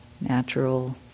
natural